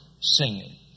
singing